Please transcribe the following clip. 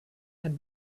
had